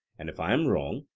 and if i am wrong,